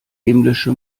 himmlische